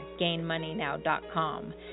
GainMoneyNow.com